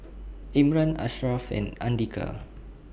Imran Ashraf and Andika